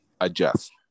adjust